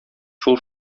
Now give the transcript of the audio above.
шул